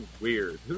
weird